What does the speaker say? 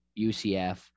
ucf